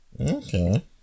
Okay